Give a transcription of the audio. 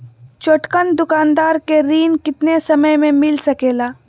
छोटकन दुकानदार के ऋण कितने समय मे मिल सकेला?